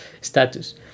status